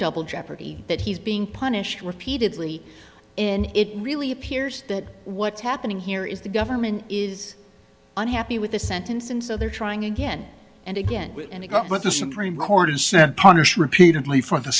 double jeopardy that he's being punished repeatedly in it really appears that what's happening here is the government is unhappy with the sentence and so they're trying again and again and again what the supreme court has said punish repeatedly for the